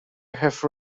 have